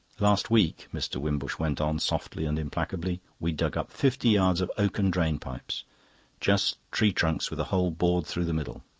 last week, mr. wimbush went on softly and implacably, we dug up fifty yards of oaken drain-pipes just tree trunks with a hole bored through the middle.